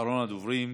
אחרון הדוברים.